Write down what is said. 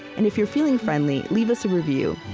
and if you're feeling friendly, leave us a review.